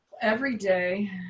Everyday